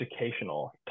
educational